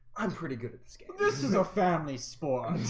i'm pretty good at this game this is a family spawn